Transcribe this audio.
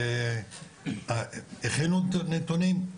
הכינו את הנתונים,